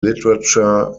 literature